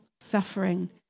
suffering